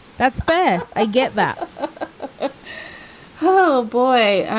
that's fair. i get that. ah ah oh, boy.